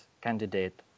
candidate